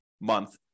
month